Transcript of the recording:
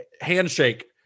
handshake